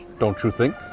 don't you think?